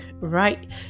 Right